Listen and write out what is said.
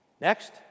Next